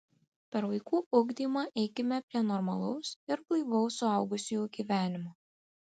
per vaikų ugdymą eikime prie normalaus ir blaivaus suaugusiųjų gyvenimo